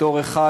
בתור אחד,